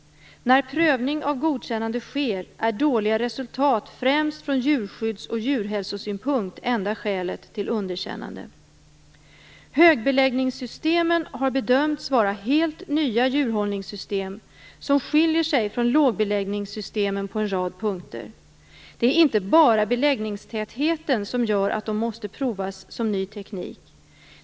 När prövning av godkännande sker är dåliga resultat främst från djurskydds och djurhälsosynpunkt enda skälet till underkännande. Högbeläggningssystemen har bedömts vara helt nya djurhållningssystem som skiljer sig från lågbeläggningssystemen på en rad punkter. Det är inte bara beläggningstätheten som gör att de måste provas som ny teknik.